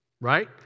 Right